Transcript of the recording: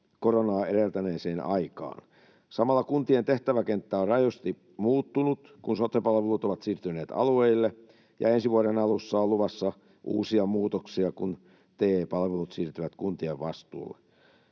koronaa edeltäneeseen aikaan. Samalla kuntien tehtäväkenttä on rajusti muuttunut, kun sote-palvelut ovat siirtyneet alueille, ja ensi vuoden alussa on luvassa uusia muutoksia, kun TE-palvelut siirtyvät kuntien vastuulle.